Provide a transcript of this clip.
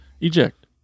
Eject